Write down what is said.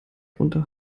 drunter